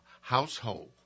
household